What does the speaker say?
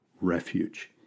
refuge